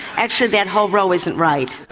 actually that whole row isn't right,